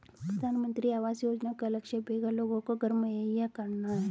प्रधानमंत्री आवास योजना का लक्ष्य बेघर लोगों को घर मुहैया कराना है